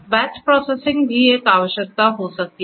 batch processing भी एक आवश्यकता हो सकती है